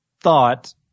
thought